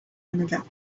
another